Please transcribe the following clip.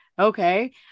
Okay